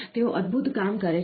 તેઓ અદ્ભુત કામ કરે છે